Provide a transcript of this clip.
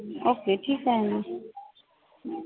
okay ठीक आहे ना